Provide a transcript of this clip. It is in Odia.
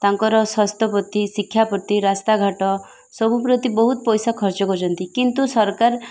ତାଙ୍କର ସ୍ୱାସ୍ଥ୍ୟ ପ୍ରତି ଶିକ୍ଷା ପ୍ରତି ରାସ୍ତାଘାଟ ସବୁପ୍ରତି ବହୁତ ପଇସା ଖର୍ଚ୍ଚ କରୁଛନ୍ତି କିନ୍ତୁ ସରକାର